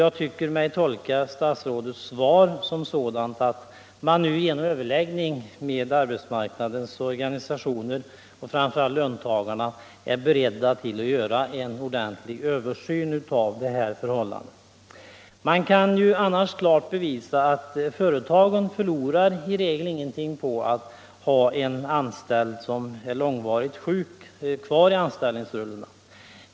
Jag vill tolka statsrådets svar så att regeringen nu i överläggningar med arbetsmarknadens organisationer — framför allt löntagarna — är beredd att göra en ordentlig översyn av de här förhållandena. Det kan klart bevisas att företagen i regel inte förlorar någonting på att ha en anställd som är långvarigt sjuk kvar i anställningsrullorna.